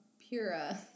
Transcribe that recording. Pura